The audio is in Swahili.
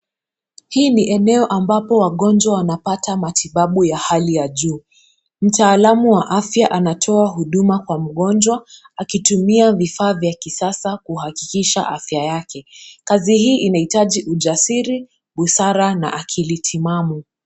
Hii ni eneo ambapo wagonjwa wanapata matibabu ya hali ya juu. Mtaalamu wa afya anatoa huduma kwa mgonjwa akitumia vifaa vya kisasa kuhakikisha afya yake. Kazi hii inahitaji ujasiri, busara na akili timamu.